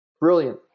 Brilliant